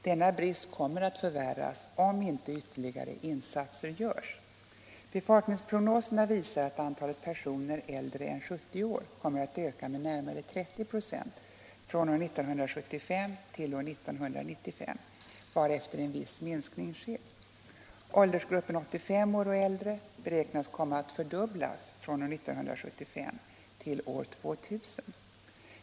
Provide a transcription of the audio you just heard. Denna brist kommer att förvärras, om inte ytterligare insatser görs. Befolkningsprognoserna visar att antalet personer äldre än 70 år kommer att öka med närmare 30 96 från år 1975 till år 1995, varefter en viss minskning sker. Åldersgruppen 85 år och äldre beräknas komma att fördubblas från år 1975 till år 2 000.